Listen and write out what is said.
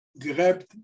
grabbed